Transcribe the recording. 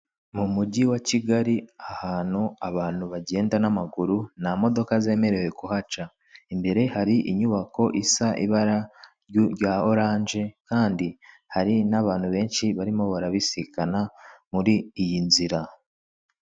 Mu mujyi wa Kigali ahantu abantu bagenda n'amaguru nta modoka zemerewe kuhaca imbere hari inyubako isa ibara rya oranje kandi hari n'abantu benshi barimo barabisikana muri iyi nzira.